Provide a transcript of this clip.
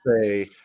say